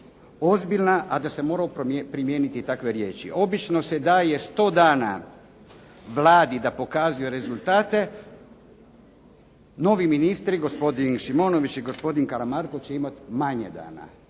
ozbiljna, a da sam morao primijeniti takve riječi. Obično se daje 100 dana Vladi da pokazuje rezultate. Novi ministri, gospodin Šimonović i gospodin Karamarko će imati manje dana,